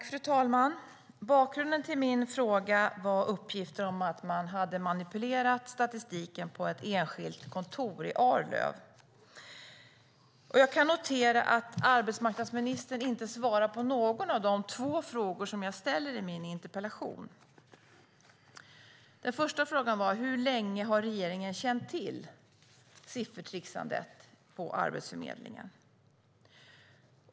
Fru talman! Bakgrunden till min interpellation är uppgifterna om att man manipulerat statistiken vid ett enskilt kontor i Arlöv. Jag noterar att arbetsmarknadsministern inte svarar på någon av de två frågor som jag ställer i min interpellation. Den första frågan var: Hur länge har regeringen känt till siffertricksandet på Arbetsförmedlingen?